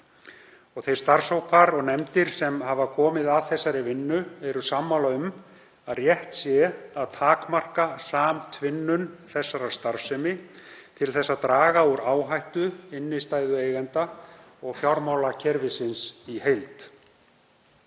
Þeir starfshópar og nefndir sem hafa komið að þessari vinnu eru sammála um að rétt sé að takmarka samtvinnun þessarar starfsemi til þess að draga úr áhættu innstæðueigenda og fjármálakerfisins í heild.